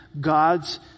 God's